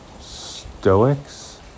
Stoics